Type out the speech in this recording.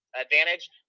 advantage